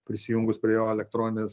prisijungus prie jo elektroninės